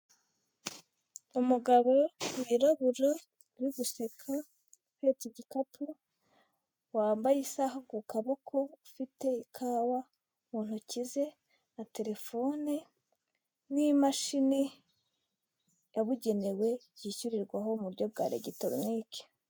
Umugabo wirabura uri guseka uhetse igikapu, wambaye isaha ku kaboko, ufite ikawa mu ntoki ze na telefone, n'imashini yabugenewe byishyurirwaho mu buryo bwa elegitoronike.